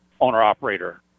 owner-operator